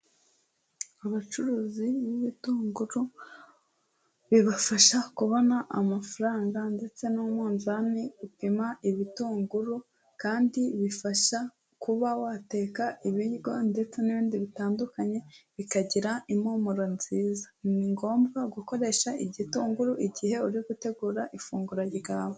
Abacuruzi bw'ibitunguru bibafasha kubona amafaranga ndetse n'umuzani upima ibitunguru kandi bifasha kuba wateka ibiryo ndetse n'ibindi bitandukanye, bikagira impumuro nziza. Ni ngombwa gukoresha igitunguru igihe uri gutegura ifunguro ryawe.